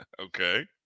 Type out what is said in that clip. Okay